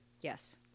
Yes